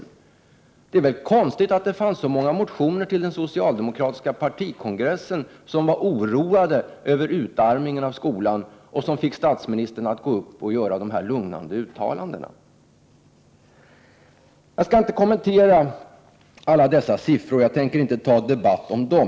Vidare är det väl konstigt att det fanns så många motioner till den socialdemokratiska partikongressen där det uttrycktes oro över utarmningen av skolan, vilket som sagt fick statsministern att gå upp och göra dessa lugnande uttalanden. Jag skall inte kommentera alla dessa siffror, jag tänker inte ta upp någon debatt om dem.